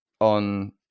on